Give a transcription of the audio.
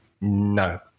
no